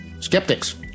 Skeptics